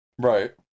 Right